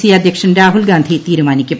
C അധ്യക്ഷൻ രാഹുൽ ഗാന്ധി തീരുമാനിക്കും